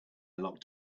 locked